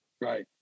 Right